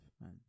man